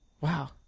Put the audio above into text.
Wow